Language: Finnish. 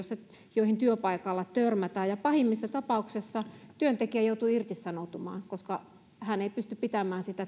joihin työpaikalla törmätään ja pahimmassa tapauksessa työntekijä joutuu irtisanoutumaan koska hän ei pysty pitämään sitä